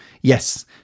Yes